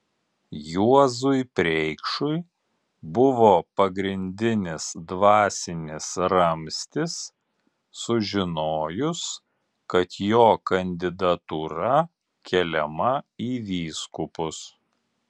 juozui preikšui buvo pagrindinis dvasinis ramstis sužinojus kad jo kandidatūra keliama į vyskupus